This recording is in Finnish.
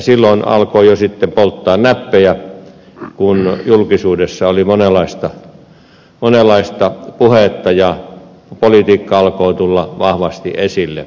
silloin alkoi jo sitten polttaa näppejä kun julkisuudessa oli monenlaista puhetta ja politiikka alkoi tulla vahvasti esille